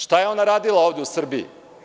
Šta je ona radila ovde u Srbiji?